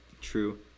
true